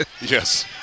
Yes